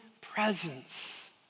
presence